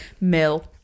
Mill